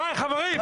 די, חברים.